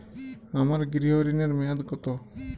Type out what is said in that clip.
আমার গৃহ ঋণের মেয়াদ কত?